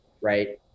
right